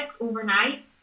overnight